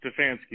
Stefanski